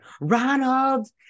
Ronald